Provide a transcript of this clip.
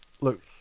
look